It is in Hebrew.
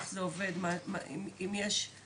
בוא תסביר לי איך זה עובד ואם יש איזו